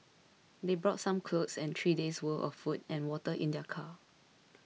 they brought some clothes and three days' worth of food and water in their car